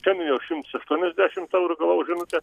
šiandien jau šimts aštuoniasdešim eurų gavau žinutę